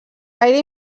gaire